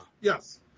Yes